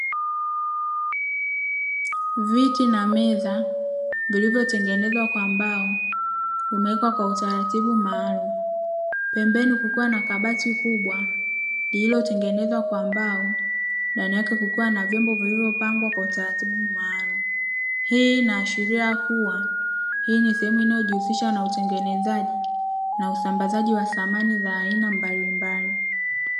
Viti na meza vilivyotengenezwa kwa mbao umewekwa kwa utaratibu maalumu pembeni kukiwa kuna kabati kubwa lililotengenezwa kwa mbao, ndani yake kukiwa na viombo vilivyopangwa kwa utaratibu maalumu, hii inaashiria kuwa hii ni sehemu inayojihusisha na utengenezaji na usambazaji wa samani za aina mbalimbali.